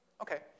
Okay